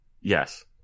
Yes